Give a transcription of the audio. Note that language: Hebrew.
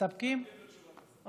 מסתפקים בתשובת השר.